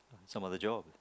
some other job